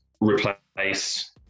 replace